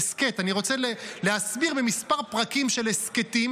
אני רוצה להסביר במספר פרקים של הסכתים